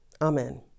Amen